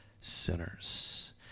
sinners